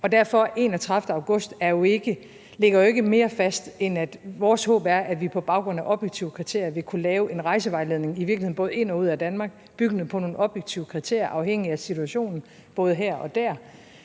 ligger den 31. august jo ikke mere fast, end at vores håb er, at vi på baggrund af objektive kriterier vil kunne lave en rejsevejledning, i virkeligheden både ind og ud af Danmark, byggende på nogle objektive kriterier, afhængigt af situationen både her og der,